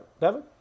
Devin